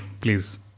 please